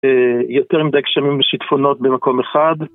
יותר מדי גשמים ושטפונות במקום אחד.